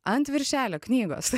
ant viršelio knygos